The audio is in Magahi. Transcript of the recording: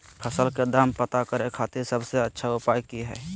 फसल के दाम पता करे खातिर सबसे अच्छा उपाय की हय?